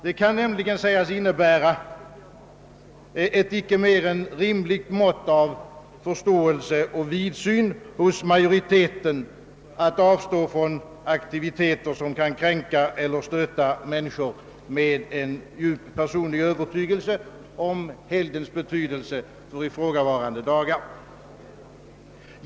Det kan nämligen sägas innebära ett icke mer än rimligt mått av förståelse och vidsyn hos majoriteten att avstå från aktiviteter som kan kränka eller stöta människor med en djup, personlig övertygelse om helgdens betydelse på ifrågavarande dagar.